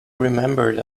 remembered